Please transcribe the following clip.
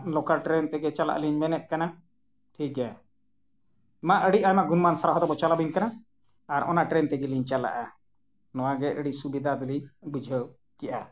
local train ᱛᱮᱜᱮ ᱪᱟᱞᱟᱜ ᱞᱤᱧ ᱢᱮᱱᱮᱫ ᱠᱟᱱᱟ ᱴᱷᱤᱠ ᱜᱮᱭᱟ ᱢᱟ ᱟᱹᱰᱤ ᱟᱭᱢᱟ ᱜᱩᱱᱢᱟᱱ ᱥᱟᱨᱦᱟᱣ ᱫᱚᱠᱚ ᱪᱟᱞᱟᱵᱤᱱ ᱠᱟᱱᱟ ᱟᱨ ᱚᱱᱟ ᱴᱨᱮᱱ ᱛᱮᱜᱮᱞᱤᱧ ᱪᱟᱞᱟᱜᱼᱟ ᱱᱚᱣᱟᱜᱮ ᱟᱹᱰᱤ ᱥᱩᱵᱤᱫᱷᱟ ᱫᱚᱞᱤᱧ ᱵᱩᱡᱷᱟᱹᱣ ᱠᱮᱫᱟ